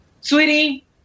sweetie